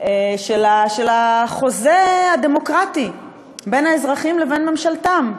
של החוזה הדמוקרטי בין האזרחים לבין ממשלתם.